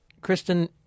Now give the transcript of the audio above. Kristen